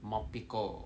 mopiko